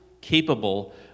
capable